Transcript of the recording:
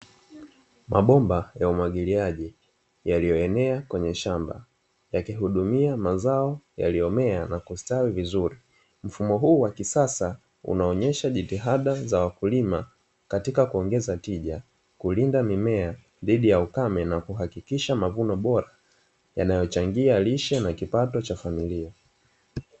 Mabomba ya umwagiliaji yalioenea kwenye shamba, yakihudumia mazao yaliomea na kustawi vizuri. Mfumo huu wa kisasa unaonesha jitihada za wakulima katika kuongeza tija, kulinda mimea dhidi ya ukame na kuhakikisha mavuno bora, yanayochangia lishe na kipato cha familia.